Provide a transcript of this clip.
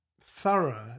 thorough